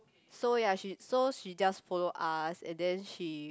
so ya she so she just follow us and then she